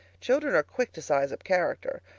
children are quick to size up character.